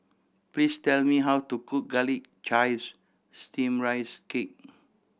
please tell me how to cook Garlic Chives Steamed Rice Cake